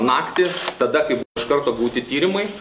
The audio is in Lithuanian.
naktį tada kai iš karto gauti tyrimui